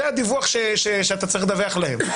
זה הדיווח שאתה צריך לדווח להם.